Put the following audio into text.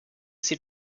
sie